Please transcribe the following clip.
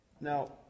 now